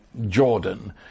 Jordan